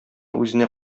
үзенә